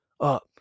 up